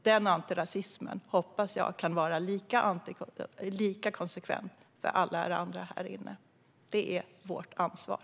Denna antirasism hoppas jag kan vara lika konsekvent för alla er andra här inne. Det är vårt ansvar.